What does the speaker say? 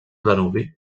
danubi